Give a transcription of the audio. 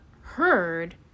heard